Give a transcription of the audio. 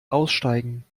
aussteigen